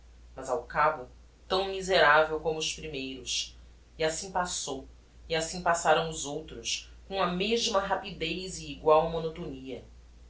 mas ao cabo tão miseravel como os primeiros e assim passou e assim passaram os outros com a mesma rapidez e egual monotonia